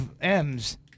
M's